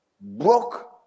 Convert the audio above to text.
broke